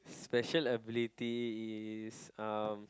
special ability is um